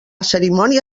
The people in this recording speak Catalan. cerimònia